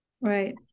Right